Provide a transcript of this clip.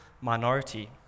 minority